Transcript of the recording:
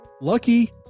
lucky